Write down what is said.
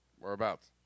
Whereabouts